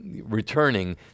returning